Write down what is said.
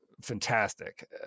fantastic